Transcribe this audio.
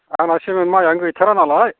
आंना सेमोन माइआनो गैथारा नालाय